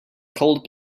cold